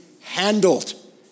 handled